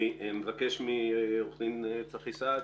אני מבקש מעורך דין צחי סעד